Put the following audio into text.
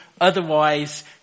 Otherwise